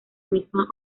misma